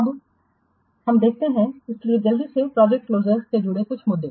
अब हम देखते हैं इसलिए जल्दी से प्रोजेक्ट क्लोजर जुड़े कुछ मुद्दों